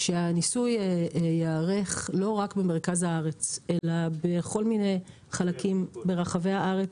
שהניסוי ייערך לא רק במרכז הארץ אלא בכל מיני חלקים ברחבי הארץ.